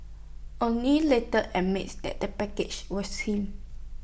Anthony later admits that the package was him